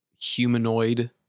humanoid